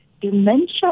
dementia